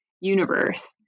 universe